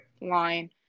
line